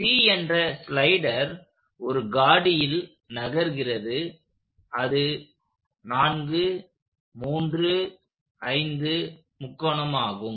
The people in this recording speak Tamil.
C என்ற ஸ்லைடர் ஒரு காடியில் நகர்கிறது அது 435 முக்கோணம் ஆகும்